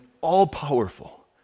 all-powerful